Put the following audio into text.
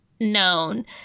known